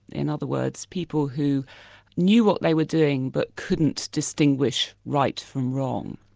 in other words, people who knew what they were doing, but couldn't distinguish right from wrong.